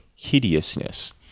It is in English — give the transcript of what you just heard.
hideousness